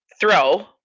throw